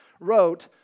wrote